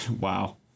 Wow